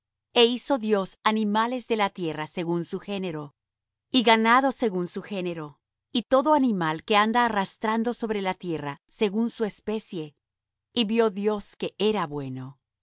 e hizo dios animales de la tierra según su género y ganado según su género y todo animal que anda arrastrando sobre la tierra según su especie y vió dios que era bueno